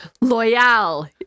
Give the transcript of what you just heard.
Loyal